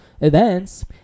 events